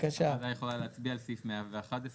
הצבעה סעיף 111